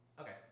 Okay